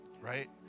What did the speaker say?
Right